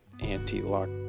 anti-lock